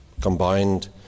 combined